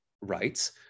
rights